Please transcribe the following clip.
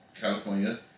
California